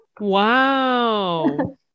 Wow